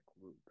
group